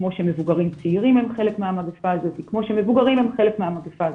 כמו שמבוגרים צעירים הם חלק מהמגיפה הזאת,